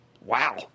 Wow